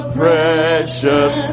precious